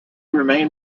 remained